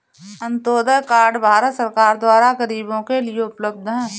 Antyodaya card Bharat सरकार द्वारा गरीबो के लिए उपलब्ध है